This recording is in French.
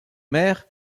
mer